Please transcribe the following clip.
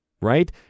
right